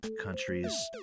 countries